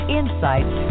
insights